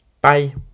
Bye